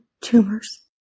tumors